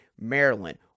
Maryland